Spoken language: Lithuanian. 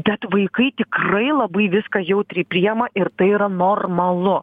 bet vaikai tikrai labai viską jautriai priima ir tai yra normalu